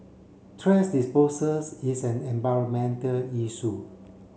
thrash disposals is an environmental issue